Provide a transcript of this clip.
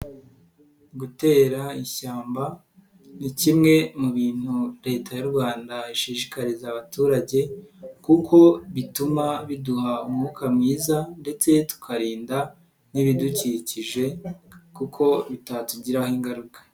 Gutera ishyamba ni kimwe mu bintu Leta y'u Rwanda ishishikariza abaturage kuko bituma biduha umwuka mwiza ndetse tukarinda n'ibidukikije kuko bitatugiraho ingaruka.